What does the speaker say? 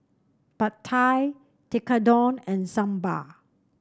Pad Thai Tekkadon and Sambar